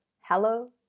hello